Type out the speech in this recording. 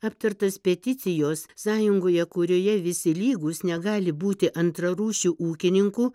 aptartas peticijos sąjungoje kurioje visi lygūs negali būti antrarūšių ūkininkų